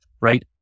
right